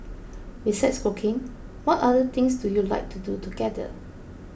besides cooking what other things do you like to do together